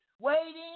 waiting